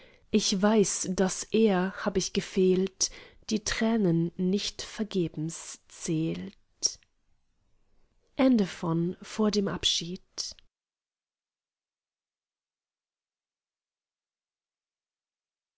ich weiß daß er hab ich gefehlt die tränen nicht vergebens zählt